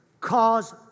cause